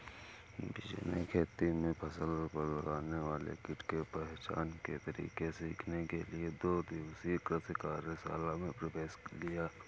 विजय ने खेती में फसल पर लगने वाले कीट के पहचान के तरीके सीखने के लिए दो दिवसीय कृषि कार्यशाला में प्रवेश लिया